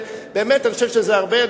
ובאמת אני חושב שזה הרבה,